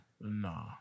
No